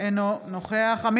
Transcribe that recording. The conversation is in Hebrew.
אינו נוכח יולי יואל אדלשטיין,